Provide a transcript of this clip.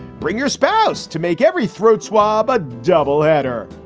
bring your spouse to make every throat swab a double header.